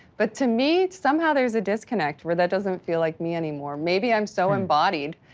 but to me somehow there's a disconnect where that doesn't feel like me anymore. maybe i'm so embodied,